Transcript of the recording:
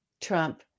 Trump